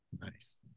Nice